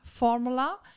formula